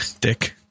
Dick